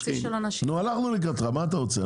נו, הלכנו לקראתך, מה אתה רוצה?